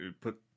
put